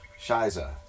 Shiza